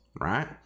right